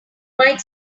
might